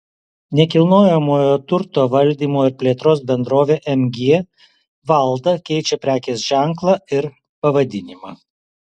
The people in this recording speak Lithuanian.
nekilnojamojo turto valdymo ir plėtros bendrovė mg valda keičia prekės ženklą ir pavadinimą